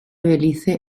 belice